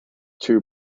two